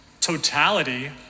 totality